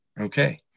Okay